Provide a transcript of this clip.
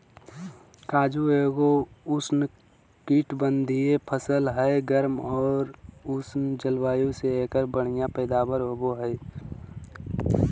काजू एगो उष्णकटिबंधीय फसल हय, गर्म आर उष्ण जलवायु मे एकर बढ़िया पैदावार होबो हय